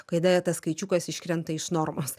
kada tas skaičiukas iškrenta iš normos